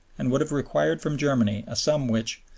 and would have required from germany a sum which,